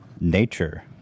Nature